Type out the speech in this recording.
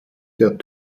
der